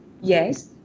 yes